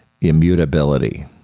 immutability